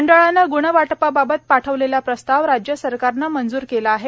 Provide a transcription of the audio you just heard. मंडळानं ग्णवाटपाबाबत पाठवलेला प्रस्ताव राज्य सरकारनं मंजूर केला आहे